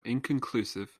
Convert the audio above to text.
inconclusive